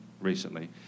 recently